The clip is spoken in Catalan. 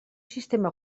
sistema